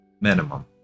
minimum